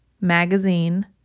magazine